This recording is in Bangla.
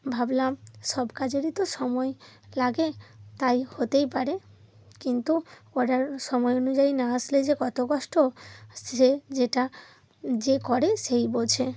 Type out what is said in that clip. ভাবলাম সব কাজেরই তো সময় লাগে তাই হতেই পারে কিন্তু অর্ডার সময় অনুযায়ী না আসলে যে কত কষ্ট সে যেটা যে করে সেই বোঝে